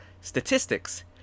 statistics